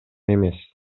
эмес